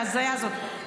ההזיה הזאת,